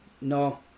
No